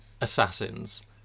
assassins